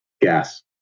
gas